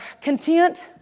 content